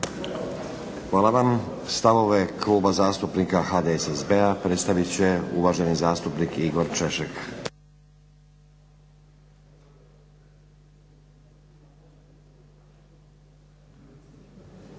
Hvala vam. Stavove Kluba zastupnika HDSSB-a predstavit će uvaženi zastupnik Igor Češek.